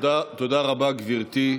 תודה רבה, גברתי.